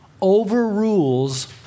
overrules